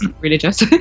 religious